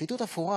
שחיתות אפורה